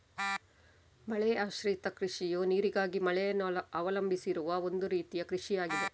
ಮಳೆಯಾಶ್ರಿತ ಕೃಷಿಯು ನೀರಿಗಾಗಿ ಮಳೆಯನ್ನು ಅವಲಂಬಿಸಿರುವ ಒಂದು ರೀತಿಯ ಕೃಷಿಯಾಗಿದೆ